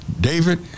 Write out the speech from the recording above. David